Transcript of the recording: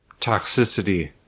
toxicity